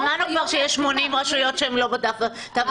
שמענו כבר שיש 80 רשויות שהן לא בתו הסגול.